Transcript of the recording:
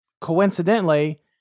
coincidentally